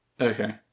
Okay